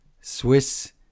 Swiss